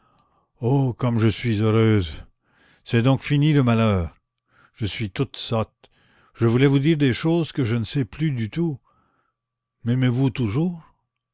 oh comme je suis heureuse c'est donc fini le malheur je suis toute sotte je voulais vous dire des choses que je ne sais plus du tout m'aimez-vous toujours